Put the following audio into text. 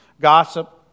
gossip